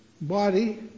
body